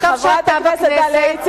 וטוב שאתה בכנסת,